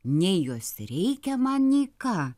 nei jos reikia man nei ką